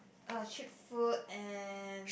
uh cheap food and